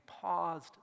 paused